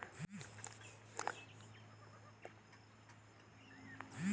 कुटीर उद्योग बर कौन मोला लोन मिल सकत हे?